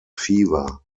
fever